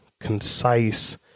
concise